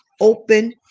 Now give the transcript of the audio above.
open